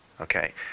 okay